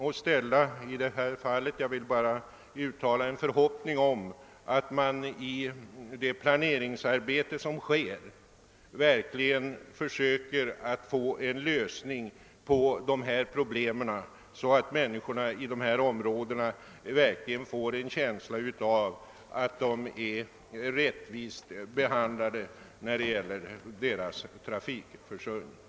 Jag har inget yrkande. Jag vill bara uttala en förhoppning att man vid det planeringsarbete som görs försöker åstadkomma en lösning av dessa problem, så att människorna i dessa områden verkligen får en känsla av att de är rättvist behandlade när det gäller transportförsörjningen.